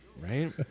right